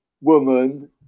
woman